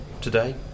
today